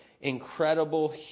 incredible